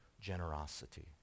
generosity